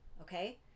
Okay